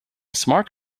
smart